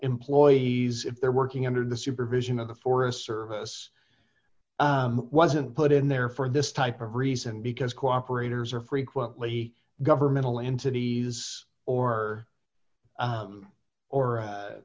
employees if they're working under the supervision of the forest service wasn't put in there for this type of reason because cooperators are frequently governmental entities or